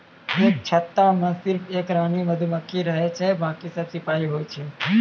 एक छत्ता मॅ सिर्फ एक रानी मधुमक्खी रहै छै बाकी सब सिपाही होय छै